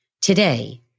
Today